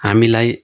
हामीलाई